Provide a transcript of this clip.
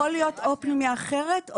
זה יכול להיות או פנימייה אחרת,